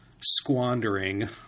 squandering